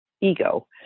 ego